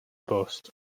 bost